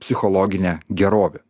psichologinę gerovę